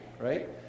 right